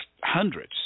hundreds